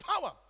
power